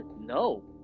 No